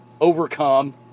overcome